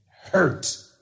hurt